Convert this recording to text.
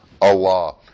Allah